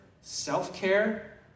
self-care